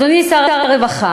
אדוני שר הרווחה,